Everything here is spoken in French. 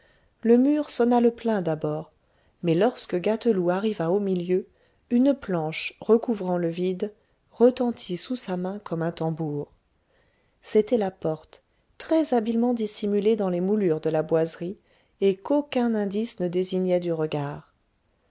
le mur sonna le plein d'abord mais lorsque gâteloup arriva au milieu une planche recouvrant le vide retentit sous sa main comme un tambour c'était la porte très habilement dissimulée dans les moulures de la boiserie et qu'aucun indice ne désignait du regard